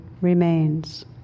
remains